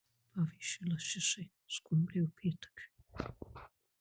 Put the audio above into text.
pavyzdžiui lašišai skumbrei upėtakiui